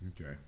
Okay